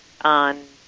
on